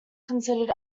considered